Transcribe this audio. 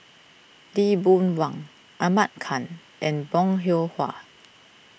Lee Boon Wang Ahmad Khan and Bong Hiong Hwa